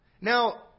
Now